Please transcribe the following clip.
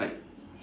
like